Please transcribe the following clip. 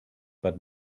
but